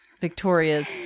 Victoria's